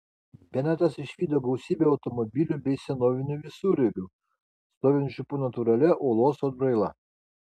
benetas išvydo gausybę automobilių bei senovinių visureigių stovinčių po natūralia uolos atbraila